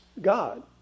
God